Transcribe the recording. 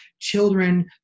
children